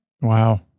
Wow